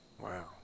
Wow